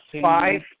Five